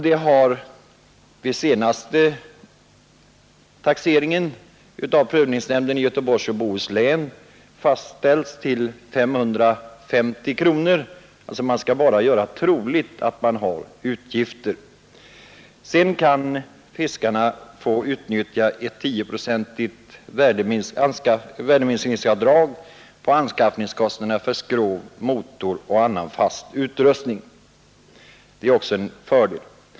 Det har vid den senaste taxeringen av prövningsnämnden i Göteborgs och Bohus län fastställts till 550 kronor. Man skall därvidlag bara ”göra troligt” att man har utgifter. Sedan kan fiskarna få utnyttja ett 10-procentigt värdeminskningsavdrag på anskaffningskostnaderna för skrov, motor och annan fast utrustning. Det är också en fördel.